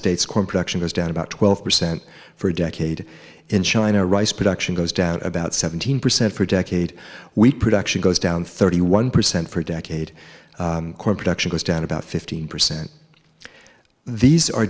states corn production is down about twelve percent for a decade in china rice production goes down about seventeen percent for a decade we production goes down thirty one percent for decade corporate action was down about fifteen percent these are